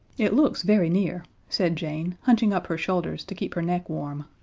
it looks very near, said jane, hunching up her shoulders to keep her neck warm.